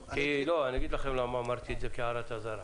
אגיד לכם למה אמרתי את זה כהערת אזהרה,